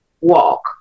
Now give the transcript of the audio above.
walk